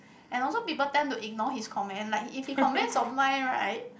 and also people tend to ignore his comment like if he comments on mine right